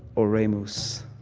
oremus.